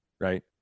right